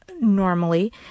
normally